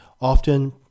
often